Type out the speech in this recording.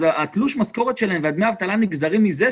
תלוש המשכורות שלהם ודמי האבטלה נגזרים מזה.